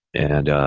and ah,